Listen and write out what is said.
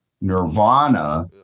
Nirvana